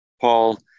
Paul